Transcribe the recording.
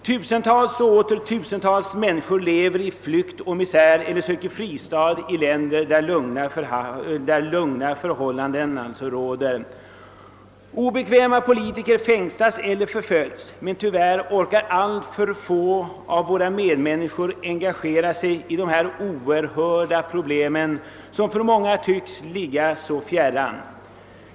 Tusentals och åter tusentals människor lever i dag i landsflykt och misär eller söker fristad i länder där lugnare förhållanden råder. Obekväma politiker fängslas eller förföljes, men tyvärr orkar alltför få av oss engagera sig i dessa oerhörda problem, som för många tycks ligga så fjärran.